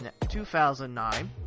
2009